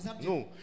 No